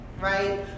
right